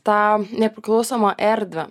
tą nepriklausomą erdvę